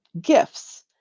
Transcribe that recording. gifts